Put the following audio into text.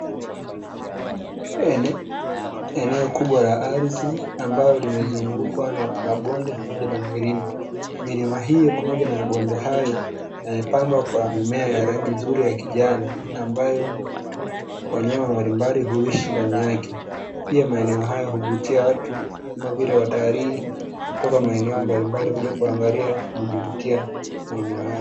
Eneo kubwa la ardhi ambalo limezungukwa na mabonde na milima. Milima hiyo pamoja na mabonde hayo yamepambwa kwa mimea ya rangi nzuri ya kijani, ambayo wanyama mbalimbali huishi ndani yake. Pia, maeneo hayo huvutia watu kama vile watalii kutoka maeneo mbalimbali kuja kuangalia vivutio maeneo hayo.